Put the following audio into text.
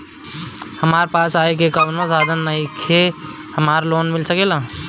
हमरा पास आय के कवनो साधन नईखे हमरा लोन मिल सकेला?